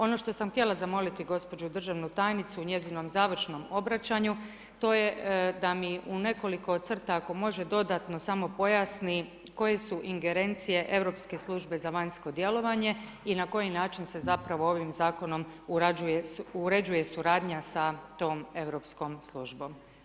Ono što sam htjela zamoliti gospođu državnu tajnicu u njezinom završnom obraćanju, to je da mi u nekoliko crta, ako može, dodatno samo pojasni koje su ingerencije Europske službe za vanjsko djelovanje i na koji način se zapravo ovim Zakonom uređuje suradnja sa tom europskom službom.